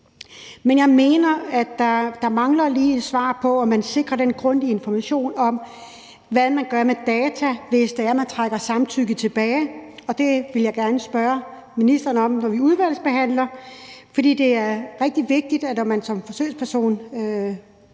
Men jeg mener, at der lige mangler et svar på, om man sikrer den grundige information om, hvad man gør med data, hvis forsøgspersonen trækker sit samtykke tilbage. Det vil jeg gerne spørge ministeren om, når vi udvalgsbehandler. For det er rigtig vigtigt, at man som forsøgsperson